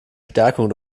stärkung